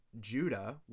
Judah